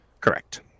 Correct